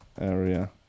area